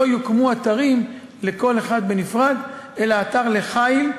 שלא יוקמו אתרים לכל אחד בנפרד אלא אתר לחיל.